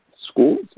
schools